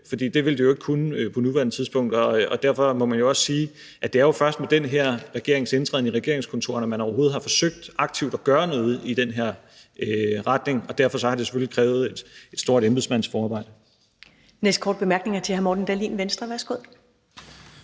for det vil den jo ikke kunne på nuværende tidspunkt. Og derfor må man jo også sige, at det først er med den her regerings indtræden i regeringskontorerne, at man overhovedet har forsøgt aktivt at gøre noget i den her retning, og at det selvfølgelig derfor har krævet et stort embedsmandsforarbejde. Kl. 11:05 Første næstformand (Karen Ellemann): Den næste